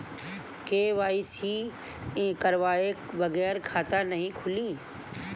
KYC करवाये बगैर खाता नाही खुली?